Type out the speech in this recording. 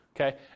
Okay